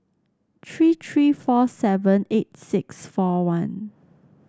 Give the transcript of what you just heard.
three three four seven eight six four one